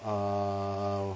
err